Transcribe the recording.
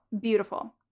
Beautiful